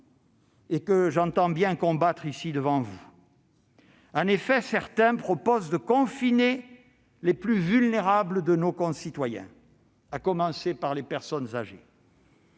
et que j'entends bien combattre devant vous. Certains, en effet, proposent de confiner les plus vulnérables de nos concitoyens, à commencer par les personnes âgées.